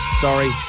Sorry